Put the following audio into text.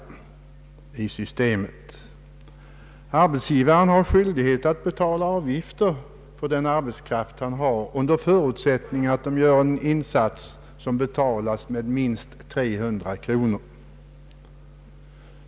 Enligt nuvarande bestämmelser har arbetsgivaren skyldighet att erlägga ATP-avgift för sina anställda, under förutsättning att de gör en arbetsinsats som betalas med minst 300 kronor per år.